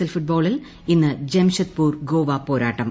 L ഫുട്ബോളിൽ ഇന്ന് ജംഷഡ്പൂർ ഗോവയെ നേരിടും